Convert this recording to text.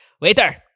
waiter